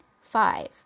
Five